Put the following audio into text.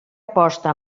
aposta